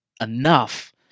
Enough